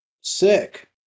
Sick